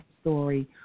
story